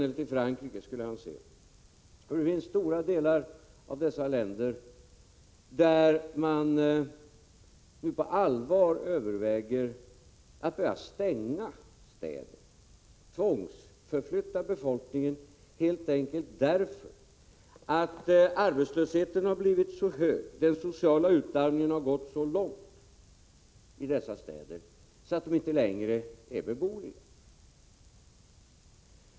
1986/87:16 han få se att det finns stora delar av dessa länder där man nu på allvar 24 oktober 1986 överväger att börja stänga städer, att tvångsförflytta befolkningen, helt enkelt därför att arbetslösheten har blivit så hög och den sociala utarmningen gått så långt att dessa städer inte längre är beboeliga.